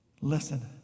listen